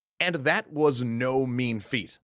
and that was no mean feat.